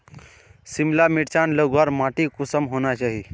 सिमला मिर्चान लगवार माटी कुंसम होना चही?